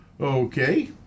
okay